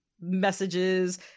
messages